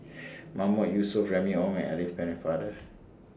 Mahmood Yusof Remy Ong and Alice Pennefather